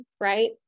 Right